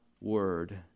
Word